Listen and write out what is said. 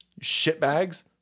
shitbags